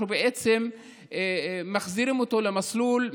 אנחנו בעצם מחזירים אותו למסלול,